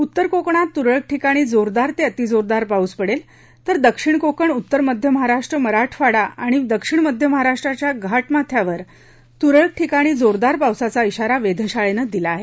उत्तर कोकणात तुरळक ठिकाणी जोरदार ते अतिजोर पाऊस पडेल तर दक्षिण कोकण उत्तर मध्य महाराष्ट्र मराठवाडा आणि दक्षिण मध्य महाराष्ट्राच्या घाटमाथ्यावर तुरळक ठिकाणी जोरदार पावसाचा शारा वेधशाळेने दिला आहे